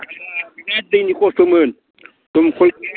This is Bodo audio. आंहा बेराथ दैनि खस्थ'मोन दमख'ल गैयामोन